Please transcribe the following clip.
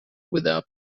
without